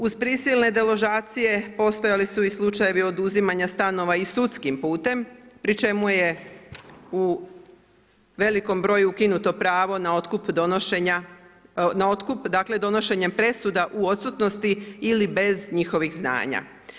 Uz prisilne deložacije postojali su i slučajevi oduzimanja stanova i sudskim putem pri čemu je u velikom broju ukinuto pravo na otkup, dakle donošenjem presuda u odsutnosti ili bez njihovih znanja.